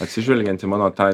atsižvelgiant į mano tą